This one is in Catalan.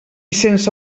sense